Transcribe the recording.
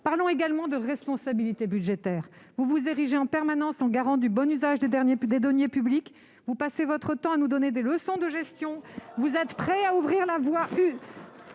Parlons également de responsabilité budgétaire ! Vous vous érigez en permanence en garants du bon usage des deniers publics et vous passez votre temps à nous donner des leçons de gestion. Pourtant, vous êtes prêts à ouvrir la voie à